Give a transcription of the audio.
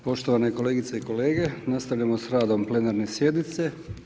Poštovane kolegice i kolege, nastavljamo sa radom plenarne sjednice.